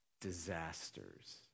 disasters